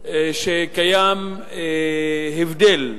שקיים הבדל,